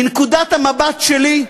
מנקודת המבט שלי,